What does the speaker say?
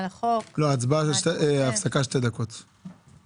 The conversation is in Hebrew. אנחנו נשמח כאן בוועדת הכספים לדעת ולהבין לאן זה הולך.